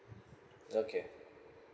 okay